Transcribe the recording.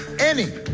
any